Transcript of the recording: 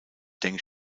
deng